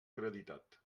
acreditat